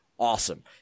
awesome